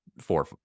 four